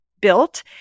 built